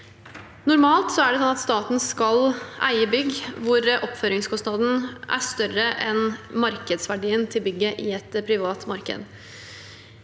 Normalt er det sånn at staten skal eie bygg hvor oppføringskostnaden er større enn markedsverdien til bygget i et privat marked.